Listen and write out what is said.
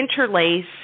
interlace